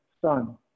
Son